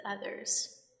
others